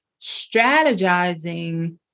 strategizing